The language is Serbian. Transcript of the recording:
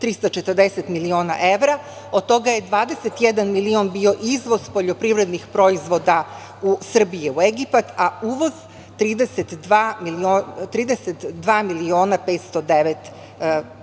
340 miliona evra. Od toga je 21 milion bio izvoz poljoprivrednih proizvoda Srbije u Egipat, a uvoz 32 miliona 509